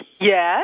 Yes